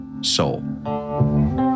soul